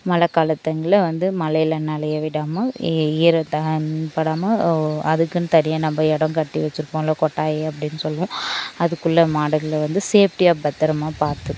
மழை கால டைமில் வந்து மழையில் நனைய விடாமல் ஈ ஈர தண்ணி படாமல் அதுக்குன்னு தனியா நம்ம இடம் கட்டி வச்சுருப்போம்ல கொட்டாய் அப்படின்னு சொல்லுவோம் அதுக்குள்ள மாடுங்களை வந்து சேஃப்டியா பத்திரமா பார்த்துக்குணும்